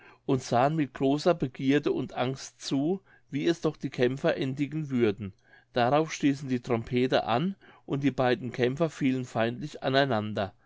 und sahen mit großer begierde und angst zu wie es doch die kämpfer endigen würden darauf stießen die trompeter an und die beiden kämpfer liefen feindlich